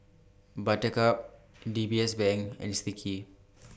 Buttercup D B S Bank and Sticky